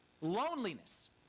loneliness